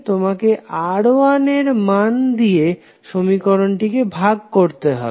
তোমাকে R1 এর মান দিয়ে সমীকরণটিকে ভাগ করতে হবে